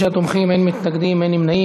36 תומכים, אין מתנגדים, אין נמנעים.